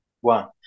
one